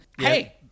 Hey